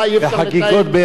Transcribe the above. בחגיגות ביחד.